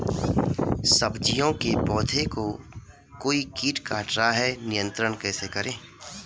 सब्जियों के पौधें को कोई कीट काट रहा है नियंत्रण कैसे करें?